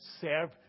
serve